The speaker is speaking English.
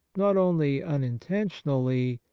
not only unintentionally,